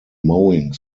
mowing